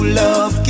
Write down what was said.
love